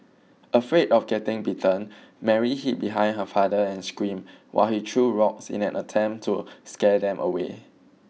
afraid of getting bitten Mary hid behind her father and screamed while he threw rocks in an attempt to scare them away